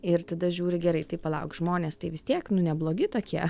ir tada žiūri gerai tai palauk žmonės tai vis tiek nu neblogi tokie